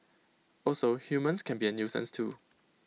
also humans can be A nuisance too